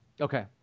Okay